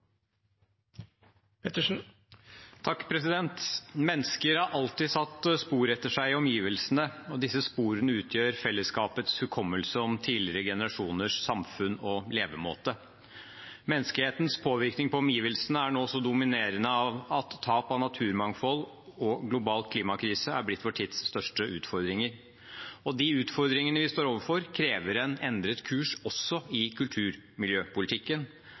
Mennesker har alltid satt spor etter seg i omgivelsene. Disse sporene utgjør fellesskapets hukommelse om tidligere generasjoners samfunn og levemåte. Menneskehetens påvirkning på omgivelsene er nå så dominerende at tap av naturmangfold og global klimakrise er blitt vår tids største utfordringer. De utfordringene vi står overfor, krever en endret kurs, også i kulturmiljøpolitikken.